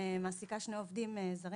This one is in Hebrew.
מעסיקה שני עובדים זרים,